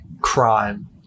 crime